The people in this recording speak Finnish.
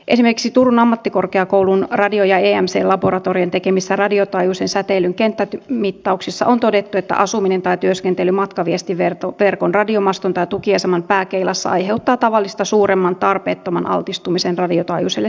esimerkiksi turun ammattikorkeakoulun radio ja emc laboratorion tekemissä radiotaajuuden säteilyn kenttämittauksissa on todettu että asuminen tai työskentely matkaviestinverkon radiomaston tai tukiaseman pääkeilassa aiheuttaa tavallista suuremman tarpeettoman altistumisen radiotaajuiselle säteilylle